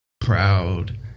proud